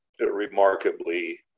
remarkably